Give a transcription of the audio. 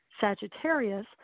Sagittarius